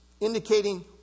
indicating